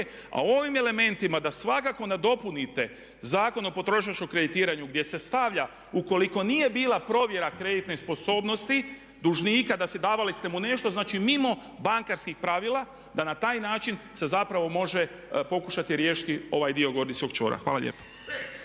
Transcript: A ovim elementima da svakako nadopunite Zakon o potrošačkom kreditiranju gdje se stavlja ukoliko nije bila provjera kreditne sposobnosti dužnika da ste davali ste mu nešto, znači mimo bankarskih pravila, da na taj način se zapravo može pokušati riješiti ovaj dio gordijskog čvora. Hvala lijepo.